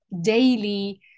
daily